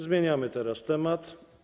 Zmieniamy teraz temat.